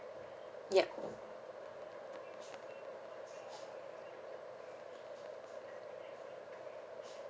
yup